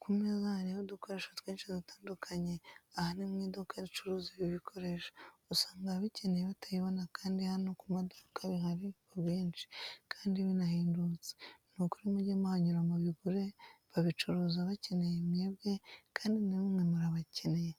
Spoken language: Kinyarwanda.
Ku meza hariho udukoresho twinshi dutandukanye, aha ni mu iduka ricuruza ibi bikoresho usanga ababikeneye batabibona kandi hano ku maduka bihari ku bwinshi kandi binahendutse, nukuri mujye muhanyura mubigure babicuruza bakeneye mwebwe kandi namwe murabakennye,